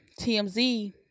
TMZ